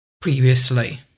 previously